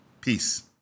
Peace